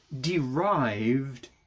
derived